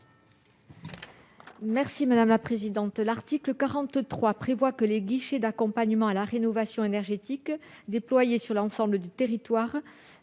Mme Viviane Artigalas. L'article 43 prévoit que les guichets d'accompagnement à la rénovation énergétique déployés sur l'ensemble du territoire